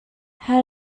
how